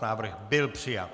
Návrh byl přijat.